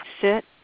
Sit